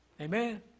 Amen